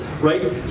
right